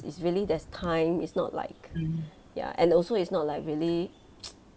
it's really there's time is not like ya and also it's not like really